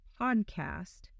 podcast